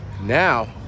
Now